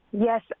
Yes